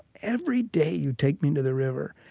every day you take me to the river,